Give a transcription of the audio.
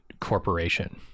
corporation